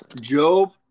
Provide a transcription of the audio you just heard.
Job